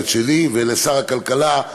לצוות שלי ולשר הכלכלה,